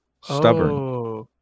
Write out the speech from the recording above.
stubborn